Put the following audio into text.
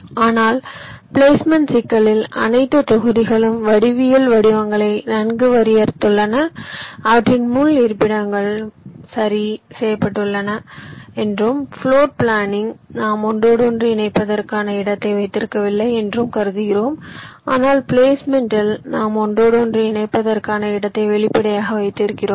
ஆனால் பிளேஸ்மெண்ட் சிக்கலில் அனைத்து தொகுதிகளும் வடிவியல் வடிவங்களை நன்கு வரையறுத்துள்ளன அவற்றின் முள் இருப்பிடங்களும் சரி செய்யப்பட்டுள்ளன என்றும் பிளோர் பிளானிங் நாம் ஒன்றோடொன்று இணைப்பதற்கான இடத்தை வைத்திருக்கவில்லை என்றும் கருதுகிறோம் ஆனால் பிளேஸ்மெண்ட் இல் நாம் ஒன்றோடொன்று இணைப்பதற்கான இடத்தை வெளிப்படையாக வைத்திருக்கிறோம்